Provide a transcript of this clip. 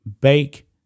bake